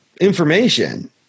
information